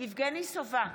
יבגני סובה,